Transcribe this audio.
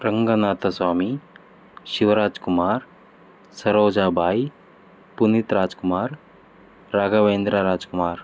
Ranganatha Swamy Shiva Rajkumar Saroja Bai Puneeth Rajkumar Raghavendra Rajkumar